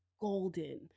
golden